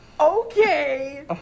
okay